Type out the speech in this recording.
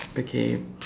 okay